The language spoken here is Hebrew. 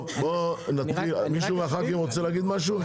טוב, בוא נתחיל מישהו מהח"כים רוצה להגיד משהו?